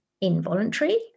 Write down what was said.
involuntary